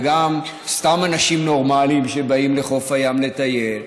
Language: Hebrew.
וגם סתם אנשים נורמליים שבאים לחוף הים לטייל,